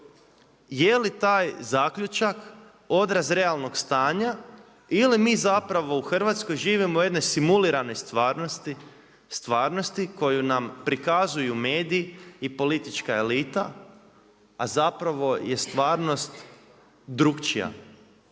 jeli taj zaključak odraz realnog stanja ili mi zapravo u Hrvatskoj živimo u jednoj simuliranoj stvarnosti, stvarnosti koju nam prikazuju mediji i politička elita, a zapravo je stvarnost drukčija.